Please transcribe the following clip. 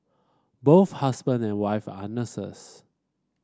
both husband and wife are nurses